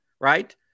right